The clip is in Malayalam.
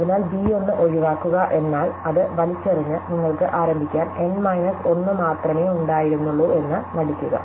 അതിനാൽ b 1 ഒഴിവാക്കുക എന്നാൽ അത് വലിച്ചെറിഞ്ഞ് നിങ്ങൾക്ക് ആരംഭിക്കാൻ N മൈനസ് 1 മാത്രമേ ഉണ്ടായിരുന്നുള്ളൂ എന്ന് നടിക്കുക